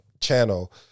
channel